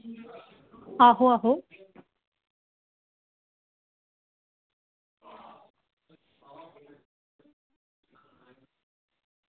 आहो आहो